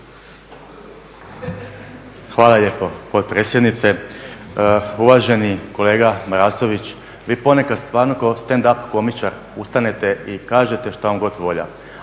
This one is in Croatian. Hvala lijepo potpredsjednice. Uvaženi kolega Marasović, vi ponekad stvarno kao stand up komičar ustanete i kažete što vam je god volja.